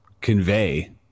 convey